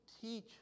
teach